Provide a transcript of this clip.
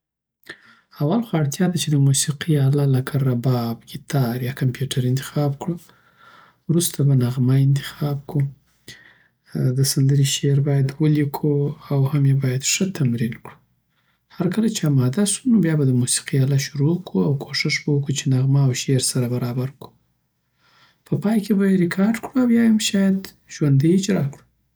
اول خو اړتیا ده چی د موسیقۍ اله لکه رباب، ګیتار، یا کمپیوټر انتخاب کړې. وروسته به نغمه انتحاب کړو د سندری شعر باید ولیکو او هم یی بایدی ښه تمرین کړو هر کله چی اماده سو نو بیا به دموسیقی اله شروع کړو او کوښښ به وکړو چی نغمه او شعر سره برابر کړو په پای کې به یې ریکارډ کړو او یا یی هم شاید ژوندۍ اجرکړو